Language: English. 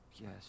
Yes